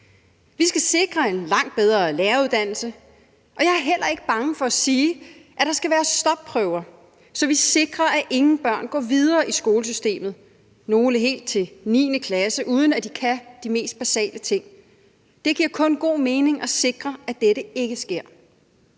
Vi skal sikre en langt bedre læreruddannelse, og jeg er heller ikke bange for at sige, at der skal være stopprøver, så vi sikrer, at ingen børn går videre i skolesystemet – nogle helt til 9. klasse – uden at de kan de mest basale ting. Det giver kun god mening at sikre, at dette ikke sker.